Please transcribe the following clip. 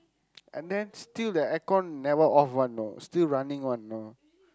and then still the aircon never off want you know still running you know